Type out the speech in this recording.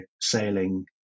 sailing